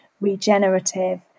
regenerative